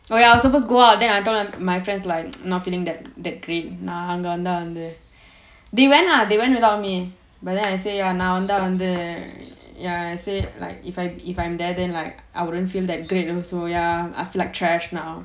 oh ya I was supposed go out then I told my friends like not feeling that that great நான் அங்க வந்தா வந்து:naan anga vanthaa vanthu they went ah they went without me but then I say நான் வந்தா வந்து:naan vanthaa vanthu ya I say like if I if I'm there then like I wouldn't feel that great also ya I feel like trash now